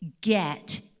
get